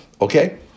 Okay